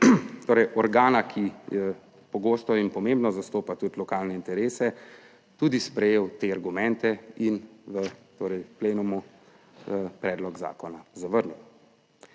torej organa, ki pogosto in pomembno zastopa tudi lokalne interese, tudi sprejel te argumente in v torej plenumu predlog zakona zavrnil.